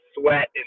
sweat